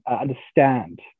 understand